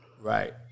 Right